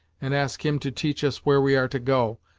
and ask him to teach us where we are to go,